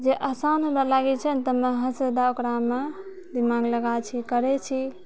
जे आसान हमरा लागै छै नै तऽ हमे सदा ओकरामे दिमाग लगाय छी करै छी